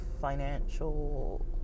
financial